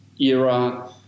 era